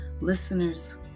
Listeners